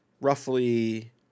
roughly